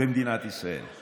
במדינת ישראל.